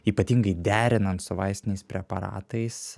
ypatingai derinant su vaistiniais preparatais